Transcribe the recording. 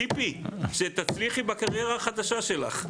ציפי, שתצליחי בקריירה החדשה שלך.